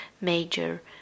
major